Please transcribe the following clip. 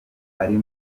ari